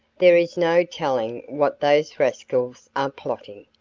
there is no telling what those rascals are plotting.